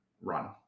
run